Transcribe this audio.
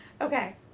Okay